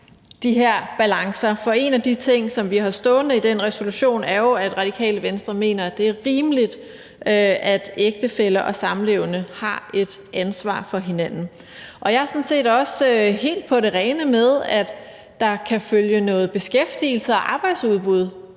de her balancer, for en af de ting, som står i den resolution, er jo, at Radikale Venstre mener, at det er rimeligt, at ægtefæller og samlevende har et ansvar for hinanden. Jeg er sådan set også helt på det rene med, at der kan følge noget beskæftigelse og arbejdsudbud